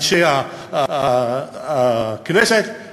אנשי הכנסת,